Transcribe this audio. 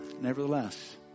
nevertheless